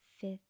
fifth